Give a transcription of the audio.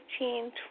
15